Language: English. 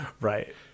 Right